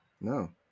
No